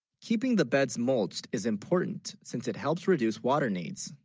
keeping the beds mulched is important since it helps reduce water needs?